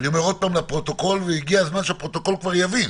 אני אומר עוד פעם לפרוטוקול הגיע הזמן שהפרוטוקול כבר יבין